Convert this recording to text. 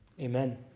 amen